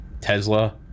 Tesla